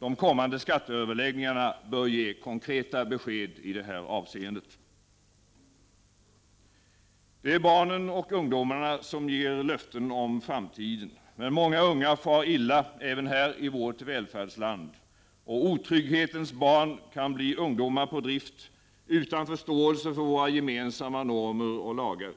De kommande skatteöverläggningarna bör ge konkreta besked i detta avseende. Det är barnen och ungdomarna som ger löften om framtiden. Men många unga far illa även här i vårt välfärdsland — och otrygghetens barn kan bli ungdomar på drift utan förståelse för våra gemensamma normer och lagar.